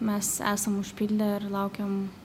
mes esam užpildę ir laukiam